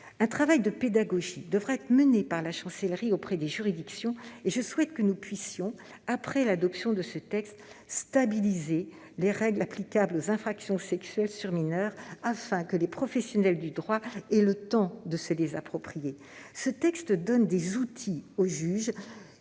Un travail de pédagogie devra être mené par la Chancellerie auprès des juridictions et je souhaite que nous puissions, après l'adoption de ce texte, stabiliser les règles applicables aux infractions sexuelles sur mineurs afin que les professionnels du droit aient le temps de se les approprier. Ce texte donne des outils au juge